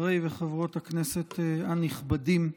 חברי וחברות הכנסת הנכבדים,